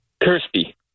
Kirsty